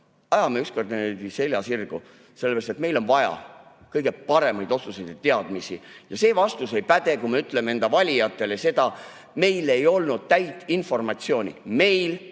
Ajame ükskord selja sirgu, sellepärast et meil on vaja kõige paremaid otsuseid ja teadmisi. See vastus ei päde, kui me ütleme enda valijatele, et meil ei olnud täit informatsiooni. Meil,